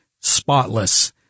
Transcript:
spotless